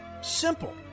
Simple